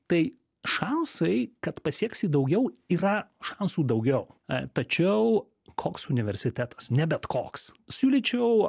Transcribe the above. tai šansai kad pasieksi daugiau yra šansų daugiau tačiau koks universitetas ne bet koks siūlyčiau